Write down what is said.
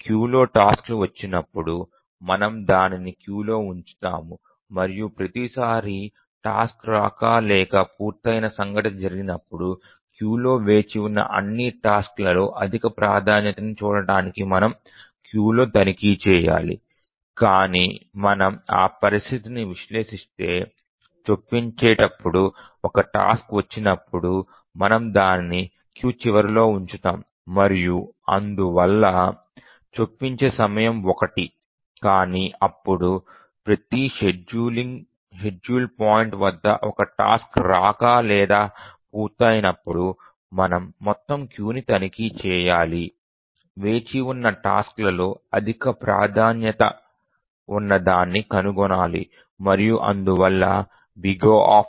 క్యూలో టాస్క్ లు వచ్చినప్పుడు మనము దానిని క్యూలో ఉంచుతాము మరియు ప్రతి సారీ టాస్క్ రాక లేదా పూర్తయిన సంఘటన జరిగినప్పుడు క్యూలో వేచి ఉన్న అన్ని టాస్క్ లలో అధిక ప్రాధాన్యత టాస్క్ ని చూడటానికి మనము క్యూలో తనిఖీ చేయాలి కానీ మనము ఈ పరిస్థితిని విశ్లేషిస్తే చొప్పించేటప్పుడు ఒక టాస్క్ వచ్చినప్పుడు మనము దానిని క్యూ చివరిలో ఉంచుతాము మరియు అందువల్ల చొప్పించే సమయం 1 కానీ అప్పుడు ప్రతి షెడ్యూల్ పాయింట్ వద్ద ఒక టాస్క్ రాక లేదా పూర్తయినప్పుడు మనం మొత్తం క్యూను తనిఖీ చేయాలి వేచి ఉన్న టాస్క్ లలో అత్యధిక ప్రాధాన్యత ఉన్నదాన్ని కనుగొనాలి మరియు అందువల్ల ఇది O